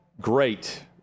great